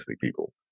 people